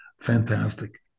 fantastic